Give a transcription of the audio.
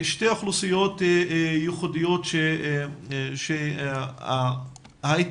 שתי אוכלוסיות ייחודיות שההתמודדות